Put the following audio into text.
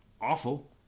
awful